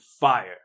fire